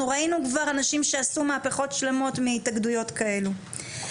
אנחנו ראינו כבר אנשים שעשו מהפיכות שונות מהתאגדויות כאלה.